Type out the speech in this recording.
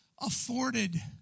afforded